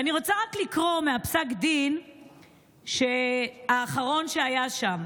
ואני רוצה רק לקרוא מפסק הדין האחרון שהיה שם.